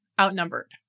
outnumbered